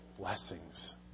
blessings